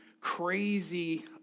crazy